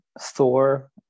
Thor